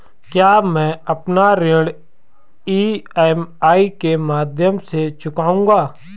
क्या मैं अपना ऋण ई.एम.आई के माध्यम से चुकाऊंगा?